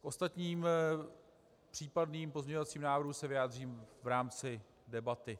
K ostatním případným pozměňovacím návrhům se vyjádřím v rámci debaty.